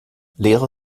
lehrer